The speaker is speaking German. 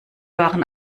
waren